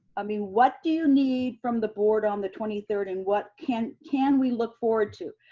i mean what do you need from the board on the twenty third and what can can we look forward to?